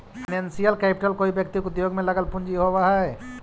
financial capital कोई व्यक्ति के उद्योग में लगल पूंजी होवऽ हई